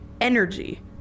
energy